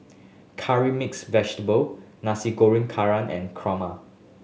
Curry Mixed Vegetable Nasi Goreng Kerang and kurma